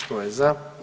Tko je za?